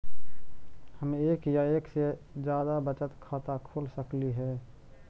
हम एक या एक से जादा बचत खाता खोल सकली हे?